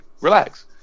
relax